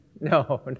No